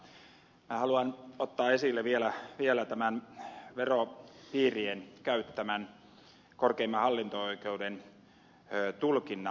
minä haluan ottaa esille vielä tämän veropiirien käyttämän korkeimman hallinto oikeuden tulkinnan